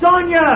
Sonia